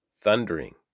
thundering